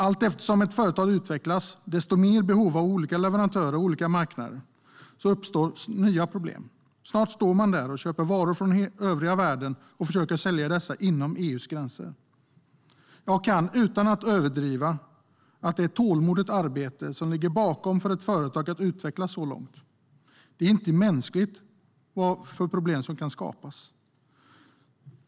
Allteftersom ett företag utvecklas uppstår behov av olika leverantörer och olika marknader, och då uppstår också nya problem. Snart står man där och köper varor från övriga världen och försöker sälja dessa inom EU:s gränser. Jag kan utan att överdriva säga att det är ett tålmodigt arbete som ligger bakom att ett företag utvecklas så långt. Det är inte mänskligt vad för problem som kan skapas.